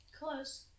Close